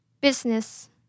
Business